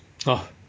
ah